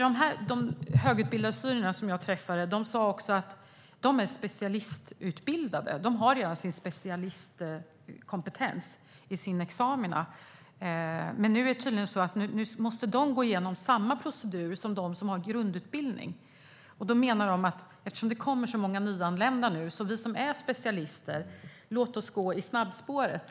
De högutbildade syrierna jag träffade sa att de är specialistutbildade. De har redan specialistkompetens i sina examina, men nu måste de gå igenom samma procedur som de med grundutbildning. Syrierna menar att med tanke på alla nyanlända borde specialisterna få gå i snabbspåret.